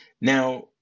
Now